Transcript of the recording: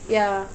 ya